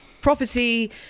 property